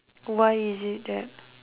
why is it that